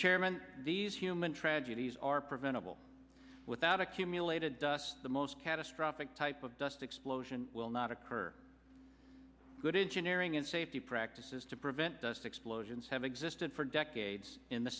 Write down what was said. chairman these human tragedies are preventable without accumulated the most catastrophic type of dust explosion will not occur good engineering and safety practices to prevent dust explosions have existed for decades in the